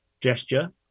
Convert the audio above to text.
gesture